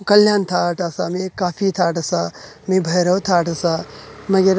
कल्ल्याण थाट आसा माई काफी थाट आसा मागीर भैरव थाट आसा मागीर